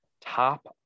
Top